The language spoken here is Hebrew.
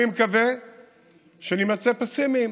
אני מקווה שנימצא פסימיים